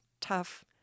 tough